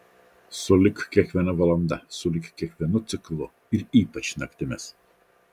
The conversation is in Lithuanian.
sulig kiekviena valanda sulig kiekvienu ciklu ir ypač naktimis